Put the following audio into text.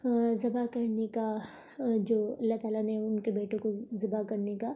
ذبح کرنے کا جو اللہ تعالیٰ نے ان کے بیٹے کو ذبح کرنے کا